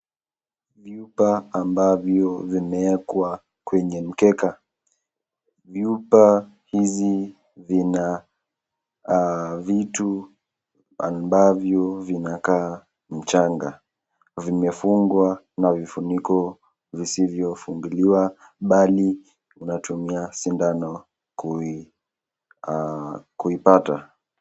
Vyupa ambavyo vimekuwa kwenye mkeka. Vyupa hizi vina ah vitu ambavyo vinakaa mchanga. Vimefungwa na vifuniko visivyofungiliwa bali unatumia sindano kuipata.